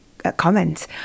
comment